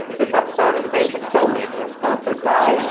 this episode of thebasicfilmmaker is sponsored by